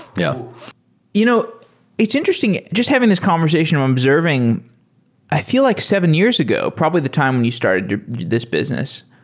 yeah you know it's interesting, just having this conversation, i'm observing i feel like seven years ago, probably the time when you started this business.